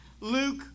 Luke